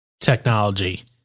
technology